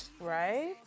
right